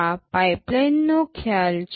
આ પાઇપલાઇનનો ખ્યાલ છે